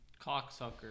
Cocksucker